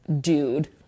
dude